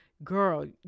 girl